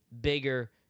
bigger